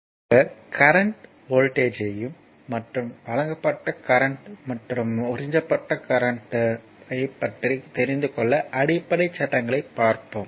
எனவே குறிப்பாக கரண்ட் வோல்ட்டேஜ்யும் மற்றும் வழங்கப்பட்ட கரண்ட் மற்றும் உறிஞ்சப்பட்ட கரண்ட் ஐ பற்றி தெரிந்துக் கொள்ள அடிப்படை சட்டங்களைப் பார்ப்போம்